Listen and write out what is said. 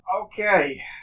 Okay